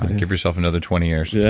give yourself another twenty years. yeah